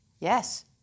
Yes